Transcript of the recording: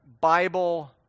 Bible